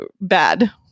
bad